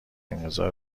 انقضا